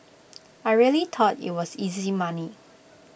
I really thought IT was easy money